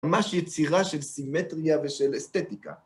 ממש יצירה של סימטריה ושל אסתטיקה.